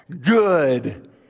good